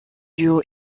duo